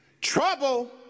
Trouble